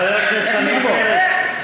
חבר הכנסת עמיר פרץ,